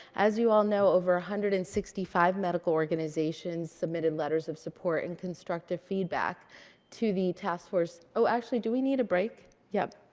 as you all know, over one hundred and sixty five medical organizations submitted letters of support and constructive feedback to the task force oh actually do we need a break? yep?